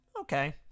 okay